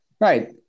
Right